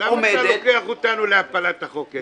--- למה אתה לוקח אותנו להפלת החוק?